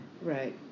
Right